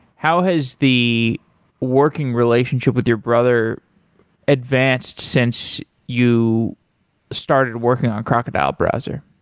how has the working relationship with your brother advanced since you started working on crocodile browser?